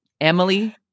Emily